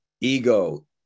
ego